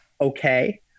okay